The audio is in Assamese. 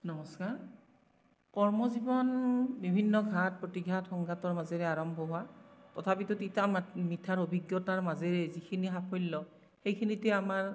নমস্কাৰ কৰ্মজীৱন বিভিন্ন ঘাত প্ৰতিঘাত সংঘাতৰ মাজেৰে আৰম্ভ হোৱা তথাপিতো তিতা মিঠাৰ অভিজ্ঞতাৰ মাজেৰে যিখিনি সাফল্য সেই খিনিতে আমাৰ